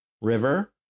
river